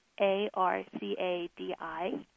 A-R-C-A-D-I